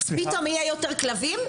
פתאום יהיו יותר כלבים?